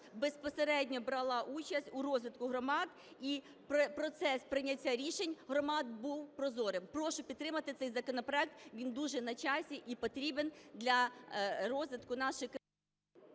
безпосередньо брала участь у розвитку громад і процес прийняття рішень громад був прозорим. Прошу підтримати цей законопроект, він дуже на часі і потрібен для розвитку нашої…